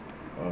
um